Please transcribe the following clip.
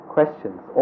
Questions